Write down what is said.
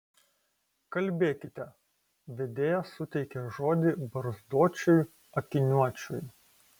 kalbėkite vedėja suteikė žodį barzdočiui akiniuočiui